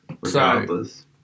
regardless